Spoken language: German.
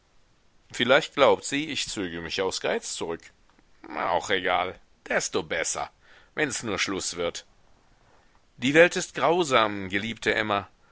vielleicht glaubt sie ich zöge mich aus geiz zurück auch egal desto besser wenns nur schluß wird die welt ist grausam geliebte emma